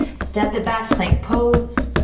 step it back, plank pose.